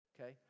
okay